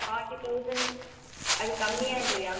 forty thousand அது கம்மியா இல்லையா